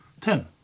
Ten